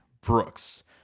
Brooks